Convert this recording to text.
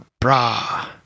bra